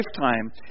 lifetime